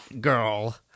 girl